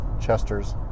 Chesters